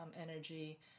energy